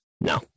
No